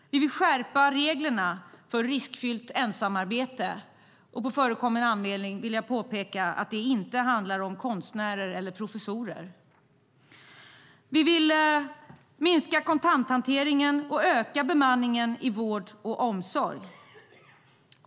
Vi vill skärpa reglerna för riskfyllt ensamarbete. På förekommen anledning vill jag påpeka att det inte handlar om konstnärer eller professorer. Vi vill minska kontanthanteringen och öka bemanningen i vård och omsorg.